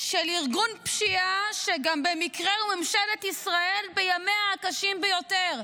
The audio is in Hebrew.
של ארגון פשיעה שגם במקרה הוא ממשלת ישראל בימיה הקשים ביותר.